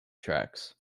tracks